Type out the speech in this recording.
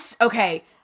okay